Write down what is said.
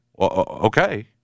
Okay